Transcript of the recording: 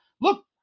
look